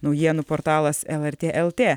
naujienų portalas lrt lt